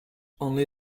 only